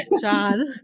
John